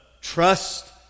trust